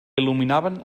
il·luminaven